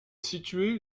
située